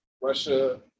russia